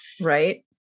right